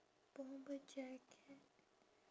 bomber jacket